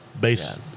base